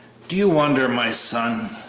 do you wonder, my son,